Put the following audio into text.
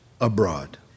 abroad